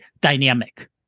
dynamic